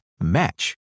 match